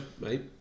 mate